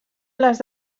les